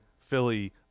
Philly